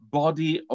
body